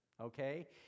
okay